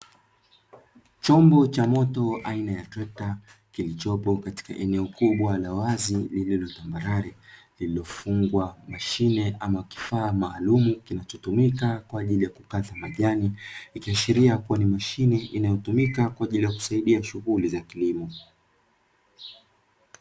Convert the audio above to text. Chombo cha moto aina ya trekta kilichopo katika eneo kubwa la wazi lililo tambarare, lililofungwa mashine ama kifaa maalumu kinachotumika kwa ajili ya kukata majani, ikiashiria kuwa ni mashine inayotumika kwaajili ya kusaidia shughuli za kilimo.